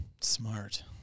smart